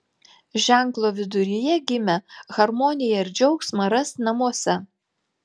ženklo viduryje gimę harmoniją ir džiaugsmą ras namuose